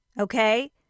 okay